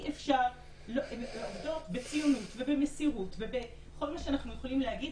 הן עובדות בציונות ובמסירות ובכל מה שאנחנו יכולים להגיד,